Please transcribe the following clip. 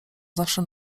zawsze